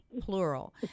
Plural